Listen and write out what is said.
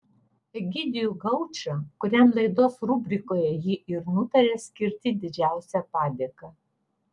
egidijų gaučą kuriam laidos rubrikoje ji ir nutarė skirti didžiausią padėką